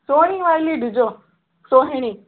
सुहिणी वारी ॾिजो सुहिणी